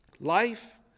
Life